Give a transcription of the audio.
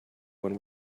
when